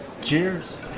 Cheers